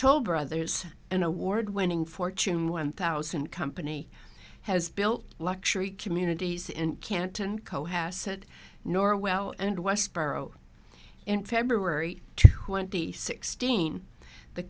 toll brothers an award winning fortune one thousand company has built luxury communities in canton cohasset norwell and westboro in february twenty sixth dean the